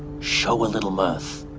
show a little mouth,